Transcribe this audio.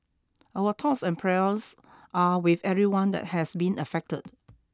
our thoughts and prayers are with everyone that has been affected